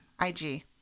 IG